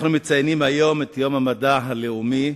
אנחנו מציינים היום את יום המדע הלאומי,